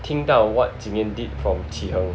听到 from what 景颜 did from 期恒